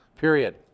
Period